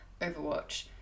Overwatch